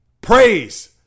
praise